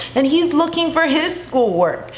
and he's looking for his schoolwork.